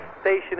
station